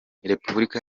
repubulika